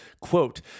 Quote